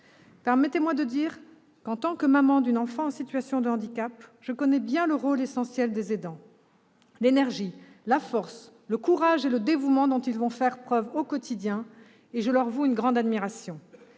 quel que soit leur âge. En tant que maman d'une enfant en situation de handicap, je connais bien le rôle essentiel des aidants, l'énergie, la force, le courage et le dévouement dont ils font preuve au quotidien, et je leur voue une grande admiration.